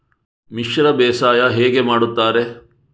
ಮಿಶ್ರ ಬೇಸಾಯ ಹೇಗೆ ಮಾಡುತ್ತಾರೆ?